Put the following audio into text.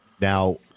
Now